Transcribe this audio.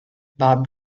bob